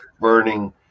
burning